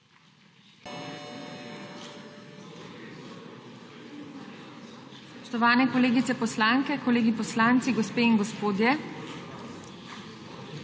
Spoštovane kolegice poslanke, kolegi poslanci, gospe in gospodje,